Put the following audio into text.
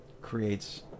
creates